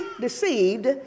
deceived